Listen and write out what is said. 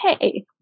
hey